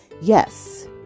Yes